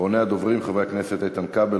אחרוני הדוברים: חברי הכנסת איתן כבל,